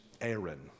Aaron